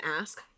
ask